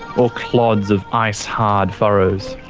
all clods of ice-hard furrows.